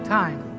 time